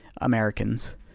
Americans